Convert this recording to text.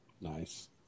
Nice